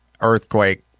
earthquake